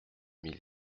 mille